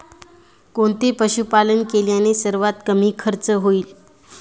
कोणते पशुपालन केल्याने सर्वात कमी खर्च होईल?